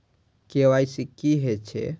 KYC की हे छे?